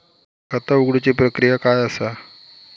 खाता उघडुची प्रक्रिया काय असा?